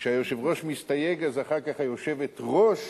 כשהיושב-ראש מסתייג אז אחר כך היושבת-ראש